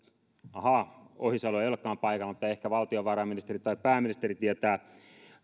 ahaa ministeri ohisalo ei olekaan paikalla mutta ehkä valtiovarainministeri tai pääministeri tietää